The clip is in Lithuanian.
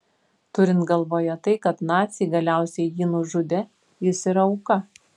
turint galvoje tai kad naciai galiausiai jį nužudė jis yra auka